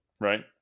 right